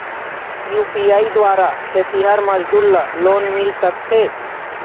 UPI द्वारा खेतीहर मजदूर ला लोन मिल सकथे?